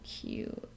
cute